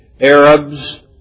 Arabs